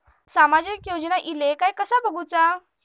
सामाजिक योजना इले काय कसा बघुचा?